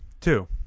two